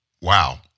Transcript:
Wow